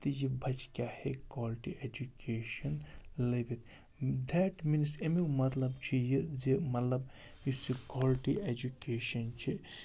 تِجہِ بَچہِ کیاہ ہیٚکہِ کالٹی ایٚجُکیشَن لٔبِتھ دیٹ میٖنٕس اَمیُک مطلب چھُ یہِ زِ مطلب یُس یہِ کالٹی اٮ۪جُکیشَن چھِ